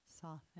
soften